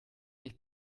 ich